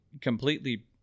completely